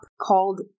called